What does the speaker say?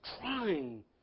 trying